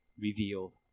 revealed